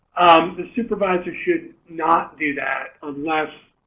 the supervisor should not do that unless